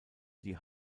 die